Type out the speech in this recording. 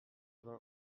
vingt